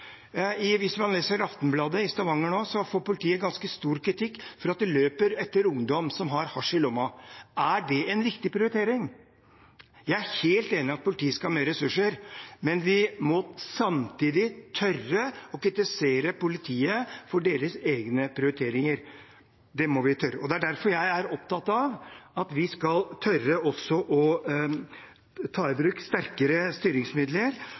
får ganske sterk kritikk for at de løper etter ungdom som har hasj i lommen. Er det en riktig prioritering? Jeg er helt enig i at politiet skal ha flere ressurser, men vi må samtidig tørre å kritisere politiet for deres egne prioriteringer. Det er derfor jeg er opptatt av at vi også skal tørre å ta i bruk sterkere styringsmidler,